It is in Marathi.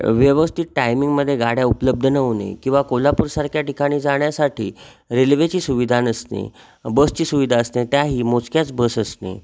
व्यवस्थित टायमिंगमध्ये गाड्या उपलब्ध न होणे किंवा कोल्हापूरसारख्या ठिकाणी जाण्यासाठी रेल्वेची सुविधा नसणे बसची सुविधा असणे त्याही मोजक्याच बस असणे